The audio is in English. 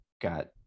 got